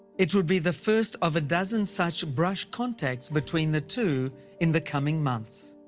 it would be the first of a dozen such brushed contacts between the two in the coming months.